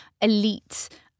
elite